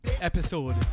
episode